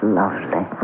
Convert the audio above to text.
lovely